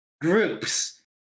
Groups